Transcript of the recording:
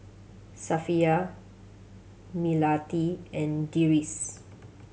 Safiya Melati and Deris